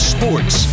Sports